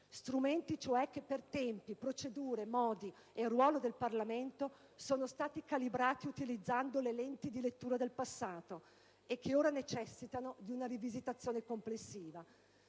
Strumenti, cioè, che per tempi, procedure, modi e ruolo del Parlamento sono stati calibrati utilizzando le lenti di lettura del passato e che ora necessitano di una rivisitazione complessiva.